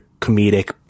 comedic